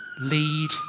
lead